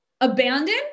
abandon